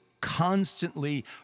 constantly